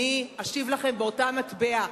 אני אשיב לכם באותה מטבע.